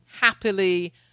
happily